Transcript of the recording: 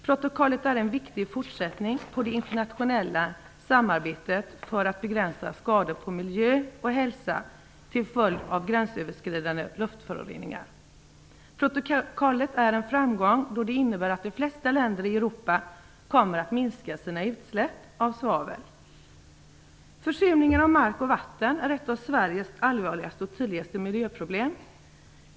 Protokollet är en viktig fortsättning av det internationella samarbetet för att begränsa skador på miljö och hälsa till följd av gränsöverskridande luftföroreningar. Protokollet är en framgång då det innebär att de flesta länder i Europa kommer att minska sina utsläpp av svavel. Försurningen av mark och vatten är ett av Sveriges allvarligaste och tydligaste miljöproblem.